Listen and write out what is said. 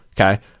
okay